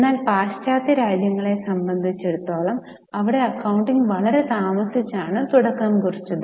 എന്നാൽ പാശ്ചാത്യ രാജ്യങ്ങളെ സംബന്ധിച്ചിടത്തോളം അവിടെ അക്കൌണ്ടിംഗ് വളരെ താമസിച്ചാണ് തുടക്കം കുറിച്ചത്